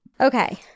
Okay